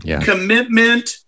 commitment